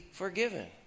forgiven